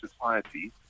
society